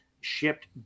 shipped